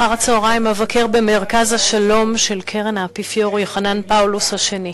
אחר-הצהריים אבקר במרכז השלום של קרן האפיפיור יוחנן פאולוס השני.